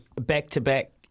back-to-back